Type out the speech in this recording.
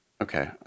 Okay